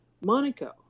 Monaco